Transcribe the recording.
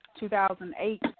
2008